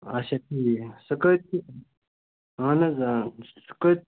اَچھا ٹھیٖک سُہ کٔہۍ چھُ اَہن حظ آ سُہ کٔہۍ